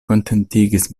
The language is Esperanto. kontentigis